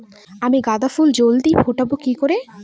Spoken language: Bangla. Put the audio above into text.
আমি গাঁদা ফুল জলদি ফোটাবো কি করে?